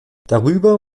darüber